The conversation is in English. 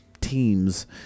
teams